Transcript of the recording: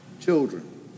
children